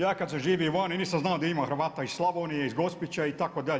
Ja kad sam živio vani nisam znao da ima Hrvata iz Slavonije, iz Gospića itd.